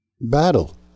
Battle